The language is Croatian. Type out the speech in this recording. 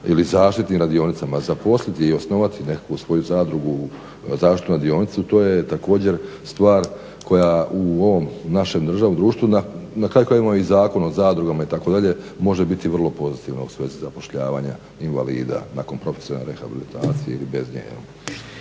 ili zaštitnim radionicama zaposliti i osnovati nekakvu svoju zadrugu, zaštitnu radionicu, to je također stvar koja u ovom našem državnom društvu, na kraju krajeva imamo i Zakon o zadrugama itd., može biti vrlo pozitivno u svezi zapošljavanja invalida nakon propisane rehabilitacije ili bez nje.